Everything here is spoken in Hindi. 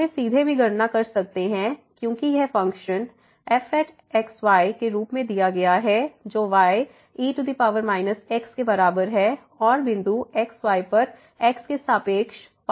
हम सीधे भी गणना कर सकते हैं क्योंकि यह फ़ंक्शन fx y के रूप में दिया गया है जो y e xके बराबर है और बिंदु x y पर x के सापेक्ष पार्शियल डेरिवेटिव है